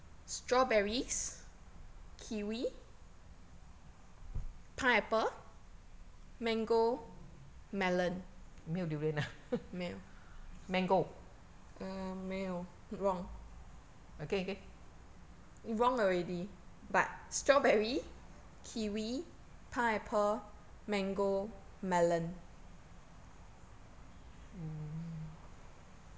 没有 durian 啊 mango again again mm